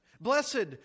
Blessed